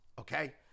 okay